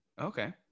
Okay